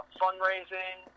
fundraising